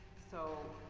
so,